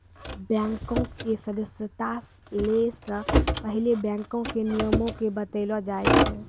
बैंको के सदस्यता लै से पहिले बैंको के नियमो के बतैलो जाय छै